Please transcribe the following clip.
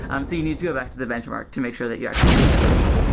um so you need to go back to the benchmark to make sure that you actually made a difference.